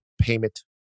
payment